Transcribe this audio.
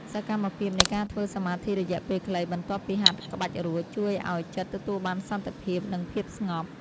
សកម្មភាពនៃការធ្វើសមាធិរយៈពេលខ្លីបន្ទាប់ពីហាត់ក្បាច់រួច ជួយឱ្យចិត្តទទួលបានសន្តិភាព និងភាពស្ងប់។